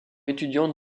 étudiantes